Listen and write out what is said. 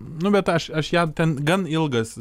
nu bet aš aš ja ten gan ilgas